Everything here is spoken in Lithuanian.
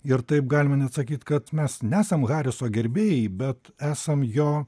ir taip galima net sakyt kad mes nesam hariso gerbėjai bet esam jo